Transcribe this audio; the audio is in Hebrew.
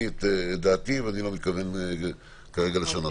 הדבר השני הוא שלנו יש הוראת